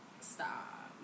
Stop